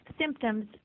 symptoms